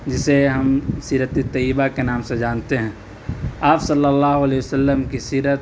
جسے ہم سیرت طیبہ کے نام سے جانتے ہیں آپ صلی اللّہ علیہ و سلّم کی سیرت